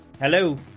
Hello